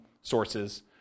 sources